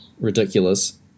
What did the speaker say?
ridiculous